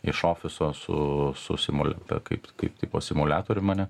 iš ofiso su su simul apie kaip kaip tai po simuliatorium ane